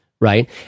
right